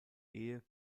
ehe